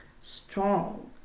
strong